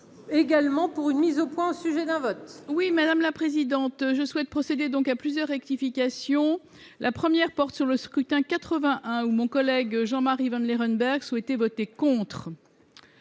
également pour une mise au point au sujet d'un vote. Oui, madame la présidente, je souhaite procéder donc à plusieurs rectifications la première porte sur le scrutin 81 ou mon collègue Jean-Marie Vanlerenberghe souhaité voter contre